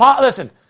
Listen